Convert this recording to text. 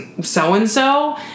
so-and-so